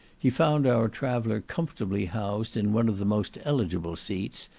he found our traveller comfortably housed in one of the most eligible seats,